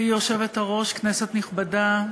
גברתי היושבת-ראש, כנסת נכבדה,